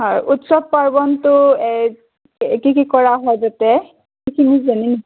হয় উৎসৱ পাৰ্বণটো এই এই কি কি কৰা হয় তাতে সেইখিনি জানিম